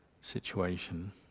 situation